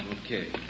Okay